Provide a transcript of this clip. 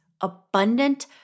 abundant